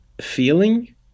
feeling